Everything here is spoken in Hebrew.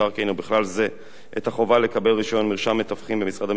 ובכלל זה את החובה לקבל רשיון מרשם המתווכים במשרד המשפטים,